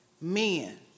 men